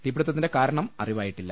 തീപിടിത്തത്തിന്റെ കാരണം അറിവായിട്ടില്ല